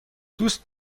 دوست